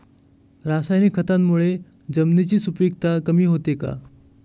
रासायनिक खतांमुळे जमिनीची सुपिकता कमी होते का?